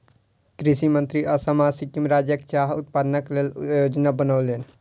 कृषि मंत्री असम आ सिक्किम राज्यक चाह उत्पादनक लेल योजना बनौलैन